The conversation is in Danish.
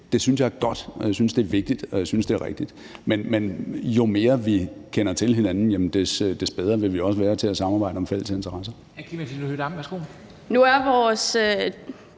Det synes jeg er godt, og jeg synes, det er vigtigt, og jeg synes, det er rigtigt. Men jo mere vi kender til hinanden, des bedre vil vi også være til at samarbejde om fælles interesser.